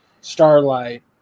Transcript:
Starlight